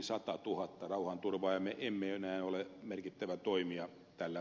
me emme enää ole merkittävä toimija tällä lohkolla